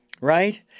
Right